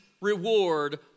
reward